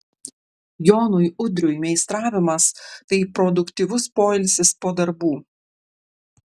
jonui udriui meistravimas tai produktyvus poilsis po darbų